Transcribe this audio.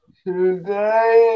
today